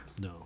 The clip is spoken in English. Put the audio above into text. No